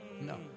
No